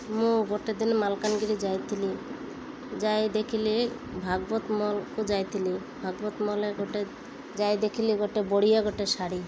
ମୁଁ ଗୋଟେ ଦିନ ମାଲକାନଗିରି ଯାଇଥିଲି ଯାଇ ଦେଖିଲି ଭାଗବତ ମଲ୍କୁ ଯାଇଥିଲି ଭାଗବତ ମଲ୍ରେ ଗୋଟେ ଯାଇ ଦେଖିଲି ଗୋଟେ ବଢ଼ିଆ ଗୋଟେ ଶାଢ଼ୀ